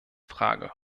frage